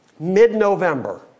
mid-November